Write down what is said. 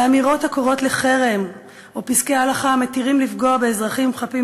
לאמירות הקוראות לחרם או לפסקי הלכה המתירים לפגוע באזרחים חפים